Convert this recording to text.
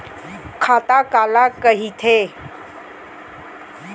खाता काला कहिथे?